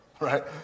Right